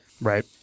Right